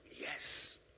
yes